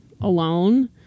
alone